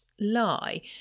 lie